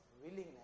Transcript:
willingness